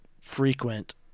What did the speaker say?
frequent